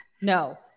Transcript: No